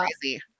crazy